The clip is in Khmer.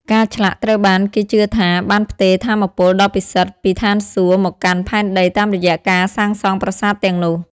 ការឆ្លាក់ត្រូវបានគេជឿថាបានផ្ទេរថាមពលដ៏ពិសិដ្ឋពីស្ថានសួគ៌មកកាន់ផែនដីតាមរយៈការសាងសង់ប្រាសាទទាំងនោះ។